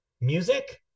music